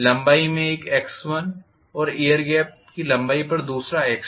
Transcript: लंबाई में एक x1और एयर गेप लंबाई पर दूसरा x2